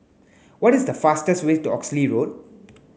what is the fastest way to Oxley Road